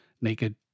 naked